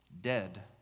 dead